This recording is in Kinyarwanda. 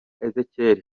ezechiel